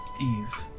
Eve